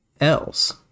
else